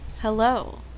Hello